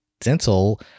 dental